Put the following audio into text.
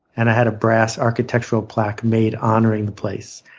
and i had a brass architectural plaque made honoring the place.